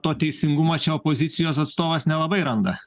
to teisingumo čia opozicijos atstovas nelabai randa